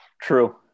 True